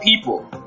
people